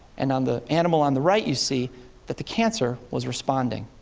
and on the animal on the right, you see that the cancer was responding.